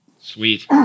Sweet